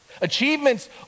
Achievements